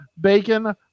bacon